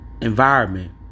environment